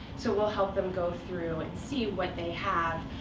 so we'll help them go through and see what they have.